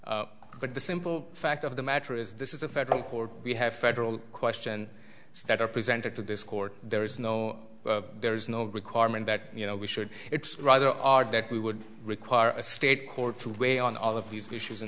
cases but the simple fact of the matter is this is a federal court we have federal question that are presented to this court there is no there is no requirement that you know we should it's rather odd that we would require a state court to weigh on all of these issues in